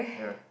yeah